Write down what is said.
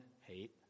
Hate